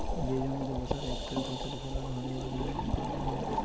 যে জমিতে বসরে ইকটই ফসল ফলাল হ্যয় উয়াকে মলক্রপিং ব্যলে